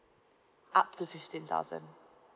up to fifteen thousand